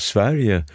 Sverige